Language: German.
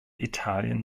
italien